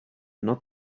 not